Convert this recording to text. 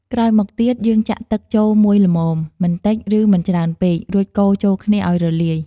ក្រោយមកទៀត យើងចាក់ទឹកចូលមួយល្មម មិនតិច ឬមិនច្រើនពេក រួចកូរចូលគ្នាឱ្យរលាយ។